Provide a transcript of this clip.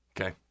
Okay